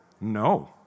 No